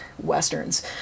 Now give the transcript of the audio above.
Westerns